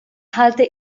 halte